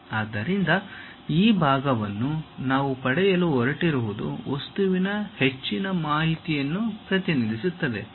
ಆದ್ದರಿಂದ ಈ ಭಾಗವನ್ನು ನಾವು ಪಡೆಯಲು ಹೊರಟಿರುವುದು ವಸ್ತುವಿನ ಹೆಚ್ಚಿನ ಮಾಹಿತಿಯನ್ನು ಪ್ರತಿನಿಧಿಸುತ್ತದೆ